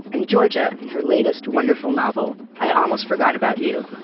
and georgia in her latest wonderful novel, i almost forgot about you.